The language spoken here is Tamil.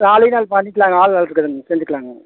காலையில் அது பண்ணிக்கலாங்க ஆள் இருக்குதுங்க செஞ்சுக்கலாங்க